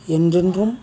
என்றென்றும்